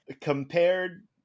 compared